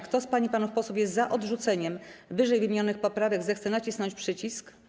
Kto z pań i panów posłów jest za odrzuceniem ww. poprawek, zechce nacisnąć przycisk.